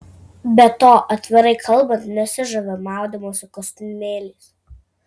be to atvirai kalbant nesižaviu maudymosi kostiumėliais